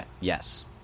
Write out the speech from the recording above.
yes